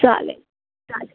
चालेल चालेल